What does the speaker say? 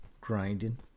grinding